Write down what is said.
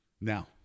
Now